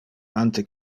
ante